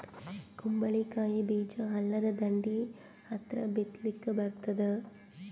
ಕುಂಬಳಕಾಯಿ ಬೀಜ ಹಳ್ಳದ ದಂಡಿ ಹತ್ರಾ ಬಿತ್ಲಿಕ ಬರತಾದ?